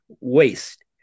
waste